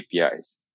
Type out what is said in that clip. apis